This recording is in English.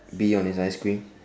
bee on his ice cream